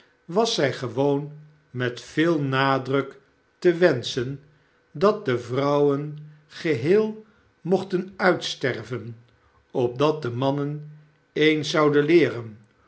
was zij gewoon met veel nadruk te wenschen dat de vrouwen geheel mochten uitsterven opdat de mannen eens zouden leeren